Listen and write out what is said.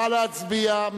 נא להצביע.